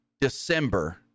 December